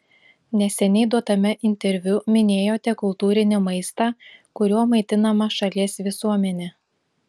neseniai duotame interviu minėjote kultūrinį maistą kuriuo maitinama šalies visuomenė